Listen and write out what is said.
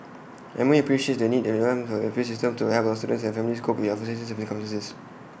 M O E appreciates the need appeals system to help our students and their families cope with unforeseen circumstances